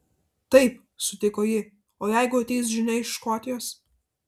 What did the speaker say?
taip sutiko ji o jeigu ateis žinia iš škotijos